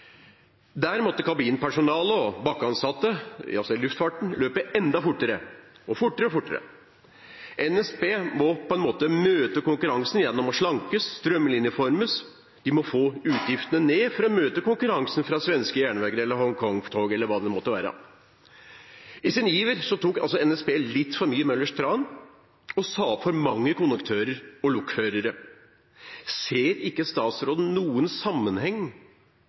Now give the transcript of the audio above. løpe enda fortere – fortere og fortere. NSB må på en måte møte konkurransen gjennom å slankes og strømlinjeformes. De må få utgiftene ned for å møte konkurransen fra svenske Järnvägar, Hongkong-tog eller hva det måtte være. I sin iver tok NSB litt for mye Møllers tran og sa opp for mange konduktører og lokførere. Ser ikke statsråden noen sammenheng